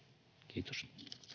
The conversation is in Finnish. kiitos